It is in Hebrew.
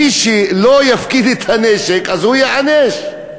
מי שלא יפקיד את הנשק, ייענש.